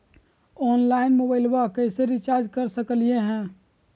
Online मोबाइलबा कैसे recharge कर सकलिए है?